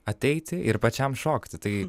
ateiti ir pačiam šokti tai